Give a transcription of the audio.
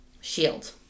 shield